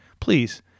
Please